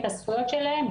ואת הזכויות שלהם,